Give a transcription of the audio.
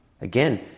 again